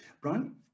Brian